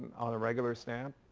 on a regular stamp.